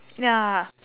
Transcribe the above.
ya